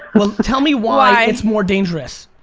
well tell me why it's more dangerous.